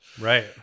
Right